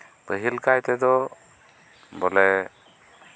ᱯᱟᱹᱦᱤᱞ ᱠᱟᱭ ᱛᱮᱫᱚ ᱵᱚᱞᱮ